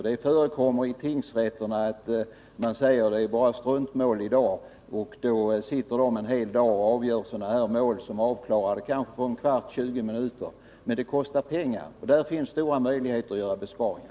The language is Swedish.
Det förekommer i tingsrätterna att de säger: ”Det är bara struntmål i dag.” Då sitter de en hel dag och avgör sådana mål som är avklarade på kanske en kvart eller tjugo minuter, och det kostar pengar. Där finns det stora möjligheter att göra besparingar.